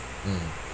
mm